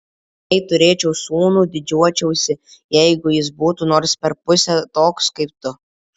jei turėčiau sūnų didžiuočiausi jeigu jis būtų nors per pusę toks kaip tu